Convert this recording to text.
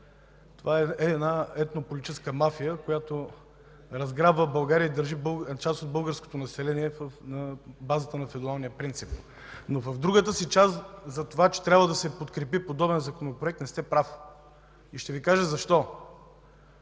Това е етнополитическа мафия, която разграбва България и държи част от българското население на базата на феодалния принцип. Но в другата си част – че трябва да се подкрепи подобен Законопроект, не сте прав. Ще Ви кажа защо.